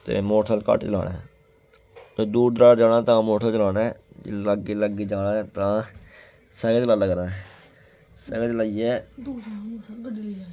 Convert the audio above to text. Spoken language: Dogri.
ते मोटरसैकल घट्ट चलाना ऐ ते दूर दराड़ जाना तां मोटरसैकल चलाना ऐ लागे लागे जाना ऐ तां सैकल चलाना करना ऐ